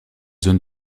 zone